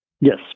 Yes